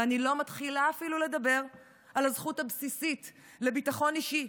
ואני לא מתחילה אפילו לדבר על הזכות הבסיסית לביטחון אישי,